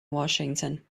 washington